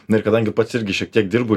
na ir kadangi pats irgi šiek tiek dirbu